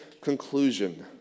conclusion